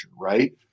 right